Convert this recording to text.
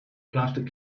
plastic